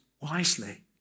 wisely